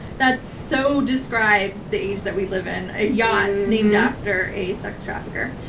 that so describes the age that we live in, a yacht named after a sex trafficker.